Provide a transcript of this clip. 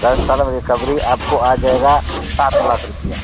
दस साल में रिकवरी आपको आ जाएगा सात लाख रुपये